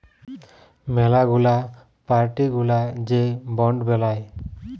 ম্যালা গুলা পার্টি গুলা যে বন্ড বেলায়